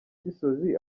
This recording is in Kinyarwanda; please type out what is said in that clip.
gisozi